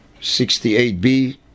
68b